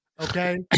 okay